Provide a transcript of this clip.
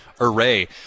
array